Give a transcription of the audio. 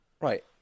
Right